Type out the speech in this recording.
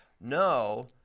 No